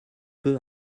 peu